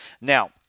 Now